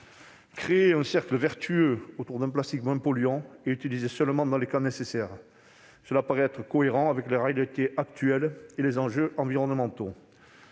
créer un cercle vertueux autour d'un plastique moins polluant et utilisé seulement dans les cas nécessaires. Cela semble cohérent avec la réalité actuelle et les enjeux environnementaux.